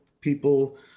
people